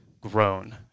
grown